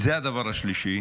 זה דבר השלישי